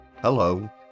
Hello